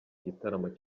gitaramo